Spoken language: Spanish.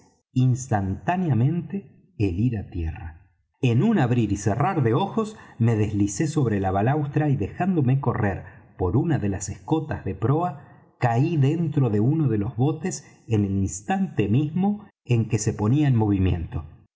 instantáneamente el ir á tierra en un abrir y cerrar de ojos me deslicé sobre la balaustra y dejándome correr por una de las escotas de proa caí dentro de uno de los botes en el instante mismo en que se ponía en movimiento